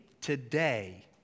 today